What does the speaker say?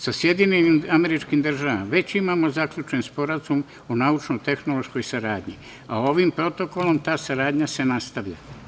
Sa SAD već imamo zaključen sporazum o naučno-tehnološkoj saradnji, a ovim protokolom ta saradnja se nastavlja.